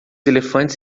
elefantes